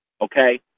Okay